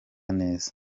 neza